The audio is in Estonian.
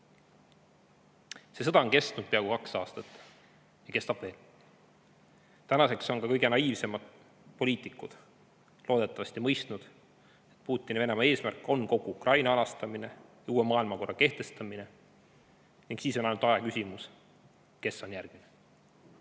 See sõda on kestnud peaaegu kaks aastat ja kestab veel. Tänaseks on ka kõige naiivsemad poliitikud loodetavasti mõistnud, et Putini Venemaa eesmärk on kogu Ukraina anastamine ja uue maailmakorra kehtestamine. Siis on ainult aja küsimus, kes on järgmine.